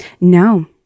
no